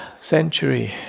century